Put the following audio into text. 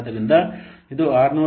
ಆದ್ದರಿಂದ ಇದು 661